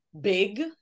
big